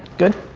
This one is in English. good?